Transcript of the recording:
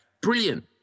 Brilliant